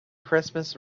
christmas